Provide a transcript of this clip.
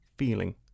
feeling